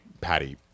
Patty